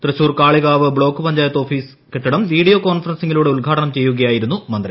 Thrissur Kalikavu block panchayat office കെട്ടിടം video കോൺഫറൻസിങ്ങിലൂടെ ഉദ്ഘാടനം ചെയ്യുകയായിരുന്നു മന്ത്രി